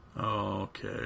Okay